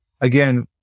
again